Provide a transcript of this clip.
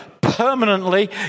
Permanently